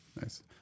Nice